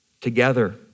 together